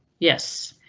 yes, ah,